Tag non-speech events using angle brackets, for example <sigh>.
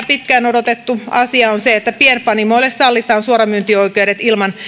<unintelligible> pitkään odotettu asia on se että pienpanimoille sallitaan suoramyyntioikeudet ilman